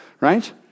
right